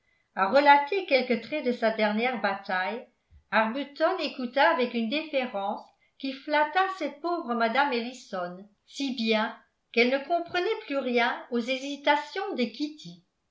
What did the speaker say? à relater quelque trait de sa dernière bataille arbuton écouta avec une déférence qui flatta cette pauvre mme ellison si bien qu'elle ne comprenait plus rien aux hésitations de kitty